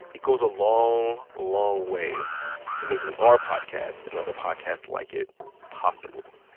it goes a long, long way to making our podcast and other podcasts like it possible.